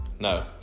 No